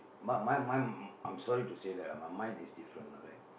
but my my I'm sorry to say that lah my mind is different lah right